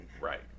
Right